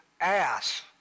ass